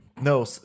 No